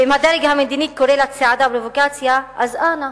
ואם הדרג המדיני קורא לצעדה "פרובוקציה", אז אנא,